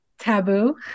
taboo